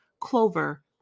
Clover